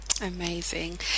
amazing